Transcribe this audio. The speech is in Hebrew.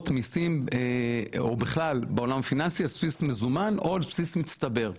מיסים על בסיס מזומן או על בסיס מצטבר.